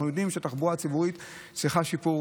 אנחנו יודעים שהתחבורה הציבורית צריכה שיפור.